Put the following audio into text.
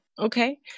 Okay